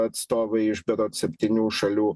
atstovai iš berods septynių šalių